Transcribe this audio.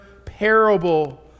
parable